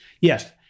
yes